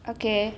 okay